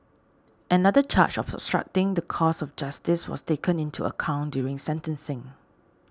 another charge of obstructing the course of justice was taken into account during sentencing